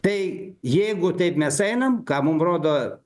tai jeigu taip mes einam ką mum rodo